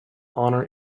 honour